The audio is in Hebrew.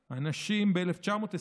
ב-2021,